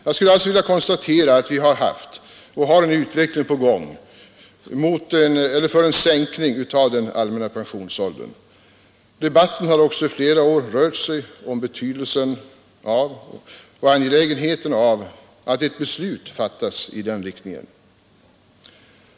Jag skulle alltså vilja konstatera att vi har haft och har en utveckling till förmån för en sänkning av den allmänna pensionsåldern. Debatten har också i flera år rört sig om betydelsen och angelägenheten av att ett beslut fattas i den riktningen.